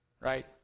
Right